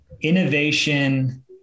innovation